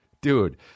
Dude